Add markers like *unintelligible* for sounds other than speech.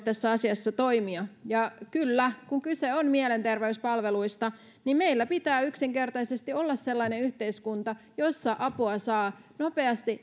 *unintelligible* tässä asiassa toimia kyllä kun kyse on mielenterveyspalveluista meillä pitää yksinkertaisesti olla sellainen yhteiskunta jossa apua saa nopeasti *unintelligible*